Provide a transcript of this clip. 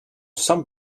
some